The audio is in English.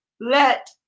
let